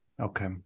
Okay